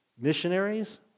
Missionaries